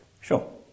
Sure